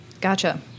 Gotcha